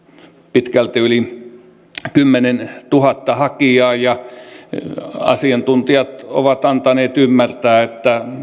pitkälti yli kymmenentuhatta hakijaa asiantuntijat ovat antaneet ymmärtää että